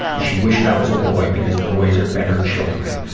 and she wished i was a boy because boys are better children.